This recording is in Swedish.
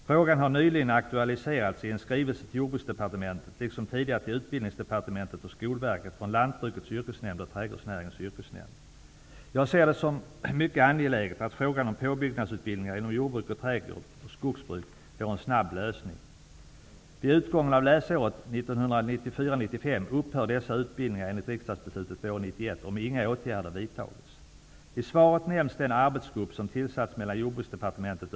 Frågan har nyligen aktualiserats i en skrivelse till Jag ser det som mycket angeläget att frågan om påbyggnadsutbildningar inom jordbruk, trädgård och skogsbruk får en snabb lösning. Vid utgången av läsåret 1994/95 upphör dessa utbildningar enligt riksdagsbeslutet våren 1991, om inga åtgärder vidtas. I svaret nämns den arbetsgrupp som tillsatts av Utbildningsdepartementet.